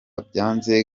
byanze